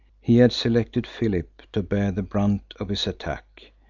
he had selected philip to bear the brunt of his attack,